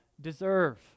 deserve